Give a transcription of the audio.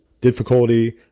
difficulty